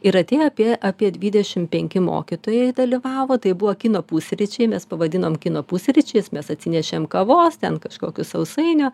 ir atėjo apie apie dvidešim penki mokytojai dalyvavo tai buvo kino pusryčiai mes pavadinom kino pusryčiais mes atsinešėm kavos ten kažkokių sausainių